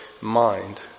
mind